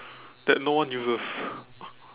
that no one uses